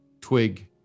Twig